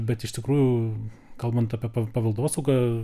bet iš tikrųjų kalbant apie paveldosaugą